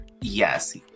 Yes